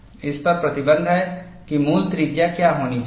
इस पर प्रतिबंध है कि मूल त्रिज्या क्या होनी चाहिए